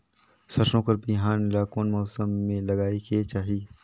सरसो कर बिहान ला कोन मौसम मे लगायेक चाही?